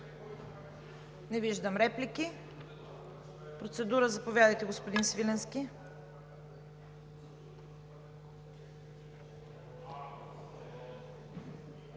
Не виждам реплики. Процедура – заповядайте, господин Свиленски.